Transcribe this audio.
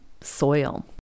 soil